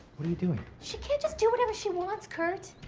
what are you doing? she can't just do whatever she wants, kurt.